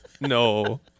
No